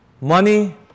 Money